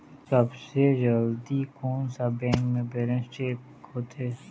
सबसे जल्दी कोन सा बैंक म बैलेंस चेक होथे?